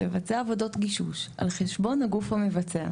לבצע עבודות גישוש על חשבון הגוף המבצע,